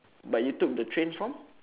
but you took the train from